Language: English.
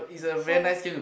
so